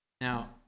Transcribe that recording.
Now